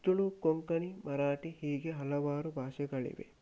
ತುಳು ಕೊಂಕಣಿ ಮರಾಠಿ ಹೀಗೆ ಹಲವಾರು ಭಾಷೆಗಳಿವೆ